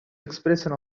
expressen